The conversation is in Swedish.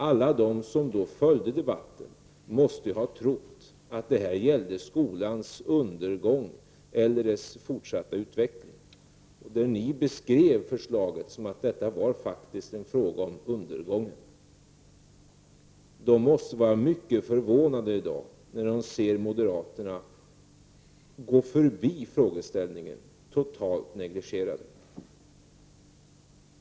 Alla som följde debatten måste ha trott att det gällde skolans undergång eller dess fortsatta utveckling. Ni beskrev förslaget som att det faktiskt var en fråga om undergång. De som följde debatten måste i dag vara mycket förvånade när de ser att moderaterna går förbi frågeställningen och totalt negligerar den.